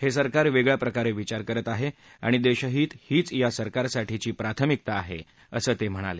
हे सरकार वेगळ्या प्रकारे विचार करत आहे आणि देशहित हीच या सरकारसाठीची प्राथमिकता आहे असं ते म्हणाले